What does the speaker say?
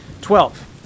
Twelve